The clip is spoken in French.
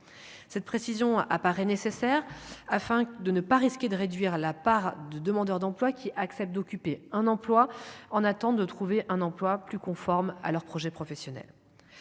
cette précision apparaît nécessaire afin de ne pas risquer de réduire la part de demandeurs d'emploi qui acceptent d'occuper un emploi en attente de trouver un emploi plus conforme à leur projet professionnel,